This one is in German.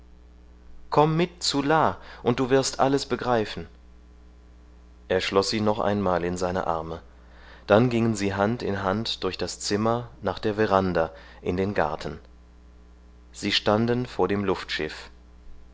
komm mit zu la und du wirst alles begreifen er schloß sie noch einmal in seine arme dann gingen sie hand in hand durch das zimmer nach der veranda in den garten sie standen vor dem